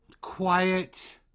quiet